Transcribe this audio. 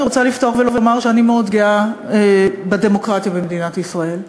אני רוצה לפתוח ולומר שאני מאוד גאה בדמוקרטיה במדינת ישראל.